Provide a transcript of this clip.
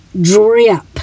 drip